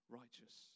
righteous